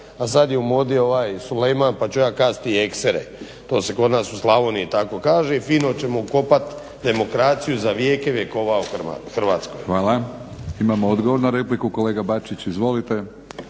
a sada je u modi ovaj Sulejman pa ću ja kasti eksere, to se kod nas u Slavoniji tako kaže i fino ćemo ukopati demokraciju za vijeke vjekova u Hrvatskoj. **Batinić, Milorad (HNS)** Hvala. Imamo odgovor na repliku kolega Bačić. Izvolite.